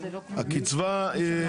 לפעמים קוצבים את עונשם.